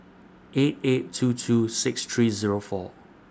eight eight two two six three Zero four